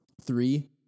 Three